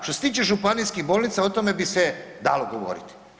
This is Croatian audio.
Što se tiče županijskih bolnica, o tome bi se dalo govoriti.